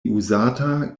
uzata